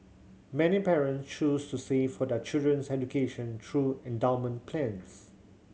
many parents choose to save for their children's education through endowment plans